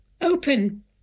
open